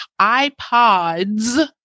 iPods